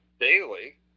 daily